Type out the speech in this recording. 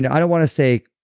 yeah i don't want to say,